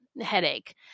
headache